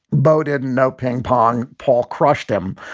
bo didn't know ping pong. paul crushed him.